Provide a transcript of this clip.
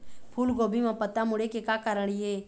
फूलगोभी म पत्ता मुड़े के का कारण ये?